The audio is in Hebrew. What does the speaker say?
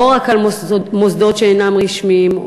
לא רק על מוסדות שאינם רשמיים,